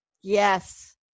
Yes